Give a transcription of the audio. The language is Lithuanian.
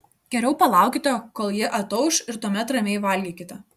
geriau palaukite kol ji atauš ir tuomet ramiai valgykite